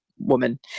Woman